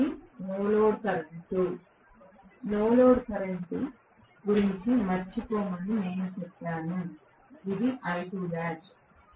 ఇది no load current no load current గురించి మరచిపోమని నేను చెప్పాను ఇది I2'